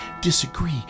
disagree